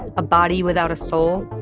a body without a soul,